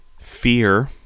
Fear